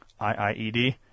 IIED